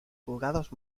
juzgados